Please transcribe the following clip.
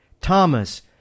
Thomas